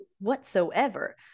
Whatsoever